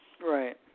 Right